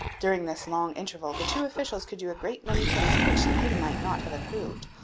during this long interval the two officials could do a great many things of which the king might not have approved,